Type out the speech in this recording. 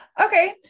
Okay